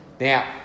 Now